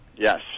Yes